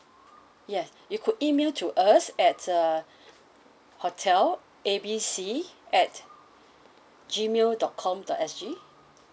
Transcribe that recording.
yes you could email to us at uh hotel A B C at gmail dot com dot S G